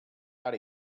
out